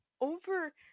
over